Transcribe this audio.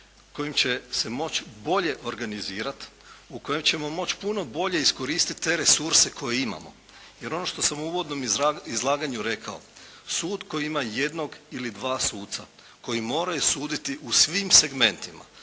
kojim će se moći bolje organizirati, u kojem ćemo moći puno bolje iskoristiti te resurse koje imamo. Jer ono što sam u uvodnom izlaganju rekao sud koji ima jednog ili dva suca koji moraju suditi u svim segmentima,